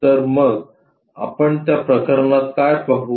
तर मग आपण त्या प्रकरणात काय पाहू